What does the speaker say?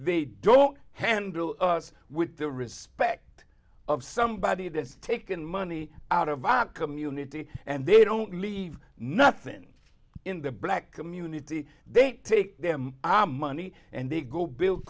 they don't handle us with the respect of somebody that's taken money out of our community and they don't leave nothing in the black community they take them our money and they go build